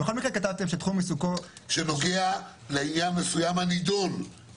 בכל מקרה כתבתם שתחום עיסוקו --- שנוגע לעניין מסוים הנידון,